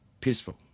peaceful